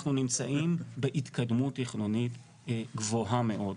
אנחנו נמצאים בהתקדמות תכנונית גבוהה מאוד.